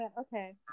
okay